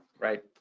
right